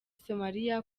somalia